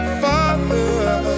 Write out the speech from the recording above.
father